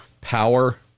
Power